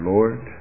Lord